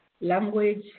language